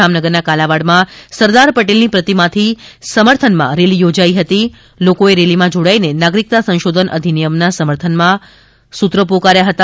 જામનગરના કાલાવાડમાં સરદાર પટેલની પ્રતિમાથી સમર્થમાં રેલી યોજાઈ હતી લોકોએ રેલીમાં જોડાઈને નાગરીક્તા સંશોધન અધીનીયમના સમર્થનમાં સૂત્રો પોકાર્યા હતા